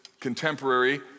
contemporary